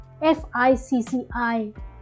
FICCI